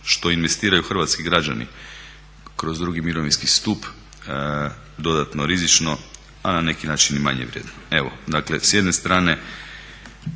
što investiraju hrvatski građani kroz drugi mirovinski stup, dodatno rizično, a na neki način i manje vrijedan.